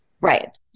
right